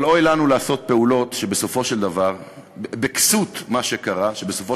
אבל אוי לנו לעשות פעולות שבכסות מה שקרה בסופו